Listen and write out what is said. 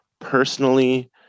personally